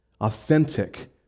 authentic